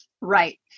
Right